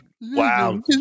wow